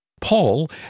Paul